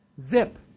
Zip